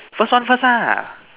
first one first ah